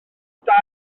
dau